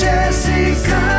Jessica